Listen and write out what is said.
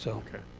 so ok.